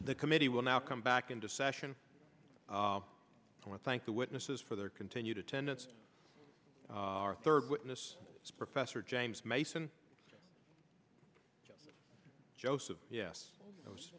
the committee will now come back into session and thank the witnesses for their continued attendance our third witness professor james mason joseph yes i was